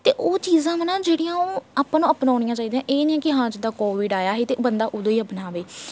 ਅਤੇ ਉਹ ਚੀਜ਼ਾਂ ਵਾ ਨਾ ਜਿਹੜੀਆਂ ਉਹ ਆਪਾਂ ਨੂੰ ਅਪਣਾਉਣੀਆਂ ਚਾਹੀਦੀਆਂ ਇਹ ਨਹੀਂ ਕਿ ਹਾਂ ਜਿੱਦਾਂ ਕੋਵਿਡ ਆਇਆ ਸੀ ਅਤੇ ਬੰਦਾ ਉਦੋਂ ਹੀ ਅਪਣਾਵੇ